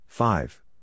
Five